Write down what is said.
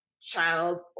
child